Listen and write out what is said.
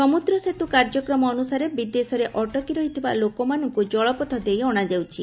ସମୁଦ୍ର ସେତୁ କାର୍ଯ୍ୟକ୍ରମ ଅନୁସାରେ ବିଦେଶରେ ଅଟକି ରହିଥିବା ଲୋକମାନଙ୍କୁ ଜଳପଥ ଦେଇ ଅଣାଯାଉଛି